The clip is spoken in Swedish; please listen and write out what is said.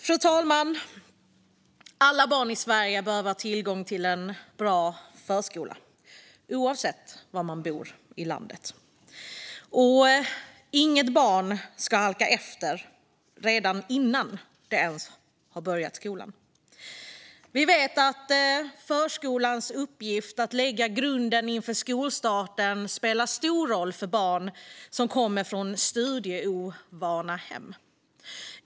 Fru talman! Alla barn i Sverige behöver ha tillgång till en bra förskola, oavsett var de bor i landet. Inget barn ska halka efter redan innan det ens har börjat skolan. Vi vet att förskolans uppgift att lägga grunden inför skolstarten spelar stor roll för barn som kommer från studieovana hem.